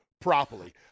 properly